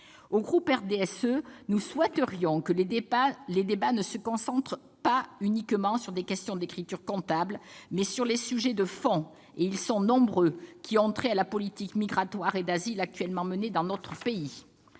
Le groupe du RDSE souhaiterait que les débats se concentrent non pas sur des questions d'écritures comptables, mais sur les sujets de fond, et ils sont nombreux, ayant trait à la politique migratoire et d'asile qui est actuellement menée dans notre pays.